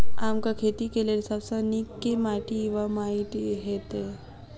आमक खेती केँ लेल सब सऽ नीक केँ माटि वा माटि हेतै?